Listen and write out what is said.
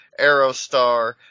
Aerostar